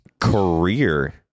career